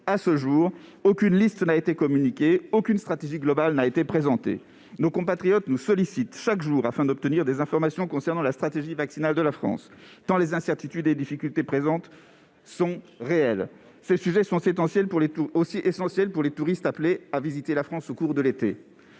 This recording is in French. pays, aucune liste n'a été communiquée à ce jour ni aucune stratégie globale présentée. Nos compatriotes nous sollicitent chaque jour afin d'obtenir des informations concernant la stratégie vaccinale de la France, tant les incertitudes et difficultés pratiques sont présentes. Ces sujets sont aussi essentiels pour les touristes appelés à visiter la France au cours de l'été.